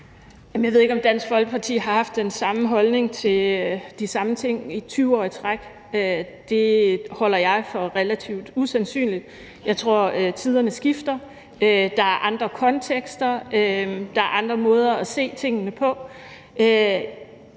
Jeg ved ikke, om Dansk Folkeparti har haft den samme holdning til de samme ting i 20 år i træk. Det anser jeg for at være relativt usandsynligt. Jeg tror, tiderne skifter. Der er andre kontekster. Der er andre måder at se tingene på.